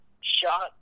shot